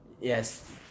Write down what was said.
Yes